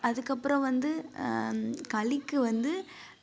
அதுக்கப்பறம் வந்து களிக்கு வந்து